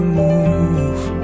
move